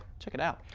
check it out.